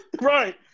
Right